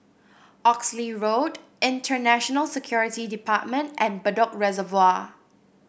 Oxley Road Internal Security Department and Bedok Reservoir